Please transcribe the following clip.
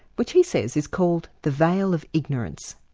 which he says is called the veil of ignorance.